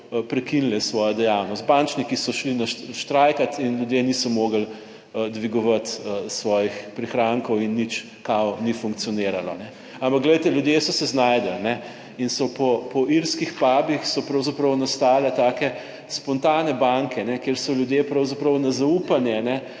prekinile svojo dejavnost, bančniki so šli štrajkati in ljudje niso mogli dvigovati svojih prihrankov in nič »kao« ni funkcioniralo, ampak glejte, ljudje so se znašli in so po irskih pubih so pravzaprav nastale take spontane banke, kjer so ljudje pravzaprav na zaupanje